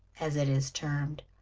as it is termed.